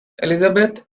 elizabeth